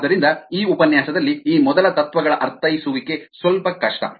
ಆದ್ದರಿಂದ ಈ ಉಪನ್ಯಾಸದಲ್ಲಿ ಆ ಮೊದಲ ತತ್ವಗಳ ಅರ್ಥೈಸುವಿಕೆ ಸ್ವಲ್ಪ ಕಷ್ಟ